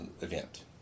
Event